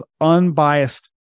unbiased